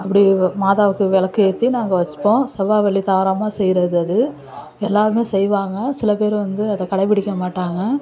அப்படி மாதாவுக்கு விளக்கு ஏற்றி நாங்கள் வச்சுப்போம் செவ்வாய் வெள்ளி தவறாமல் செய்கிறது அது எல்லாரும் செய்வாங்கள் சில பேர் வந்து அதை கடைபிடிக்கமாட்டாங்க